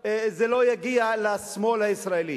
זה לא יגיע לשמאל הישראלי.